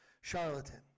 Charlatan